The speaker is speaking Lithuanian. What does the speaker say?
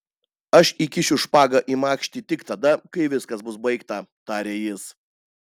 aš įkišiu špagą į makštį tik tada kai viskas bus baigta tarė jis